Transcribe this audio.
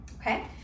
okay